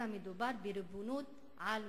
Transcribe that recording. אלא מדובר בריבונות על ירושלים.